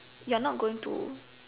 you are not going to